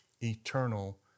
eternal